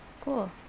Cool